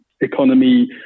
economy